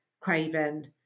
Craven